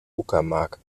uckermark